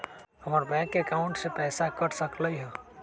हमर bank account से पैसा कट सकलइ ह?